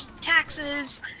taxes